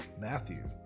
Matthew